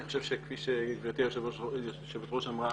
אני חושב שכפי שגברתי היושבת ראש אמרה